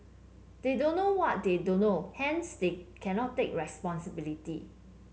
they don't know what they don't know hence they cannot take responsibility